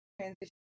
transition